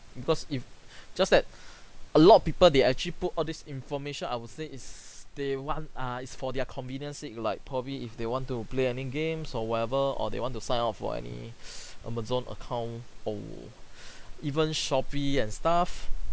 because if just that a lot of people they actually put all this information I would say is they want err it's for their convenience sake like probably if they want to play any games or whatever or they want to sign up for any amazon account or even shopee and stuff